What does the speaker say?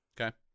Okay